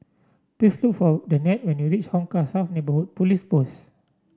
please look for Danette when you reach Hong Kah South Neighbourhood Police Post